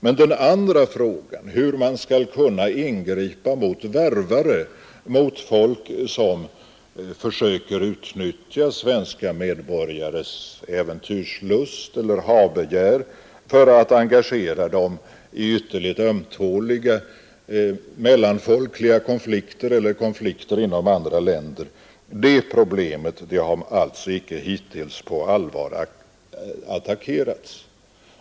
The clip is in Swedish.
Men den andra frågan — hur man skall kunna ingripa mot värvare, mot folk som försöker utnyttja svenska medborgares äventyrslust eller ha-begär för att engagera dem i ytterligt ömtåliga mellanfolkliga konflikter eller konflikter inom andra länder — den frågan har alltså icke på allvar attackerats.